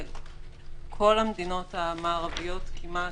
כל המדינות המערביות כמעט,